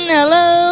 Hello